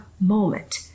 moment